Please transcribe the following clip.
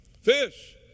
Fish